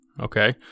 okay